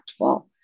impactful